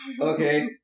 Okay